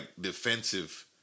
defensive